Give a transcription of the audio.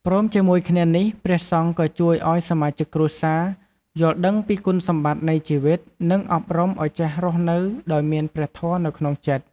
ព្រមជាមួយគ្នានេះ ព្រះសង្ឃក៏ជួយឲ្យសមាជិកគ្រួសារ យល់ដឹងពីគុណសម្បត្តិនៃជីវិត និងអប់រំឲ្យចេះរស់នៅដោយមានព្រះធម៌នៅក្នុងចិត្ត